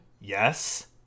Yes